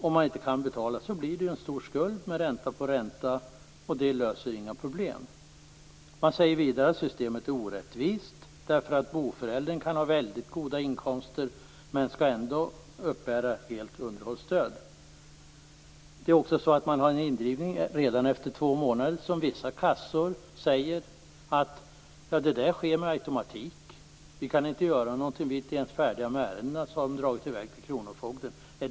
Om man inte kan betala blir det alltså en stor skuld med ränta på ränta, och det löser inga problem. Vidare säger man att systemet är orättvist. Boföräldern kan ha väldigt goda inkomster, men skall ändå uppbära helt underhållsstöd. Indrivning sker redan efter två månader. Enligt vissa kassor sker detta med automatik. De kan inte göra någonting. Mitt i behandlingen av ett ärende kan det ha överförts till kronofogdemyndigheten.